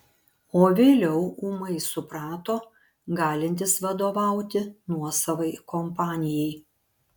o vėliau ūmai suprato galintis vadovauti nuosavai kompanijai